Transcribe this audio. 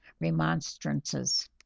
remonstrances